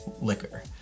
liquor